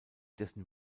dessen